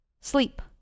sleep